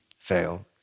fail